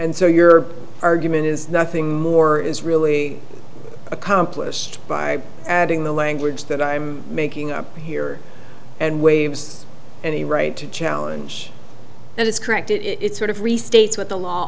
and so your argument is nothing more is really accomplished by adding the language that i'm making up here and waves any right to challenge that it's correct it's sort of restates what the law